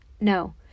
No